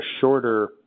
shorter